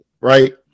right